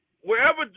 Wherever